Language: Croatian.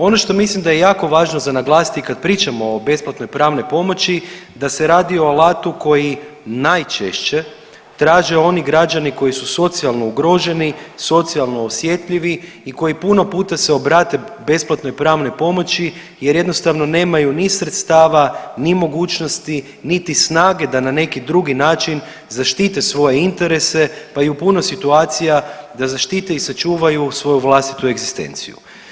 Ono što mislim da je jako važno za naglasiti kad pričamo o besplatnoj pravnoj pomoći da se radi o alatu koji najčešće traže oni građani koji su socijalno ugroženi, socijalno osjetljivi i koji puno puta se obrate besplatnoj pravnoj pomoći jer jednostavno nemaju ni sredstava, ni mogućnosti niti snage da na neki drugi način zaštite svoje interese, pa i u puno situacija da zaštite i sačuvaju svoju vlastitu egzistenciju.